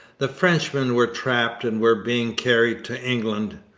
the frenchmen were trapped and were being carried to england.